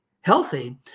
healthy